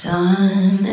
Sun